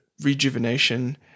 rejuvenation